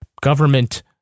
government